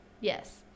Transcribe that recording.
Yes